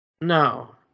No